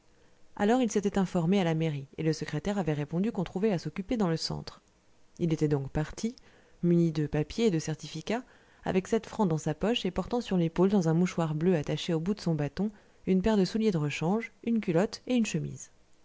alors il s'était informé à la mairie et le secrétaire avait répondu qu'on trouvait à s'occuper dans le centre il était donc parti muni de papiers et de certificats avec sept francs dans sa poche et portant sur l'épaule dans un mouchoir bleu attaché au bout de son bâton une paire de souliers de rechange une culotte et une chemise